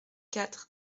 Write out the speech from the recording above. quatre